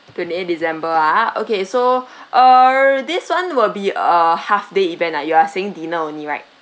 twenty eighth december ah okay so err this one will be a half day event ah you are saying dinner only right